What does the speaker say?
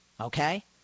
Okay